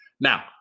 Now